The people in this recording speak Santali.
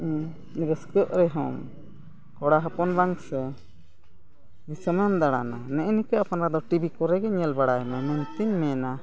ᱨᱟᱹᱥᱠᱟᱹᱜ ᱨᱮ ᱦᱚᱢ ᱠᱚᱲᱟ ᱦᱚᱯᱚᱱ ᱵᱟᱝ ᱥᱮ ᱫᱤᱥᱚᱢᱮᱢ ᱫᱟᱬᱟᱱᱟ ᱱᱮᱜ ᱮ ᱱᱤᱝᱠᱟᱹ ᱟᱯᱱᱟᱨ ᱫᱚ ᱴᱤᱵᱷᱤ ᱠᱚᱨᱮᱜ ᱜᱮ ᱧᱮᱞ ᱵᱟᱲᱟᱭᱢᱮ ᱤᱱᱟᱹᱛᱮᱧ ᱢᱮᱱᱟ